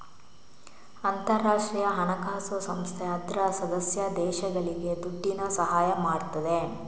ಅಂತಾರಾಷ್ಟ್ರೀಯ ಹಣಕಾಸು ಸಂಸ್ಥೆ ಅದ್ರ ಸದಸ್ಯ ದೇಶಗಳಿಗೆ ದುಡ್ಡಿನ ಸಹಾಯ ಮಾಡ್ತದೆ